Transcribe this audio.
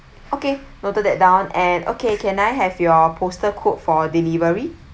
okay noted that down and okay can I have your postal code for delivery